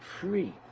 free